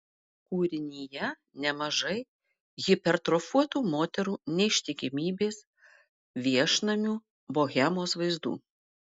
kūrinyje nemažai hipertrofuotų moterų neištikimybės viešnamių bohemos vaizdų